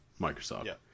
Microsoft